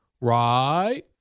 Right